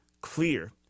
clear